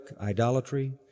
idolatry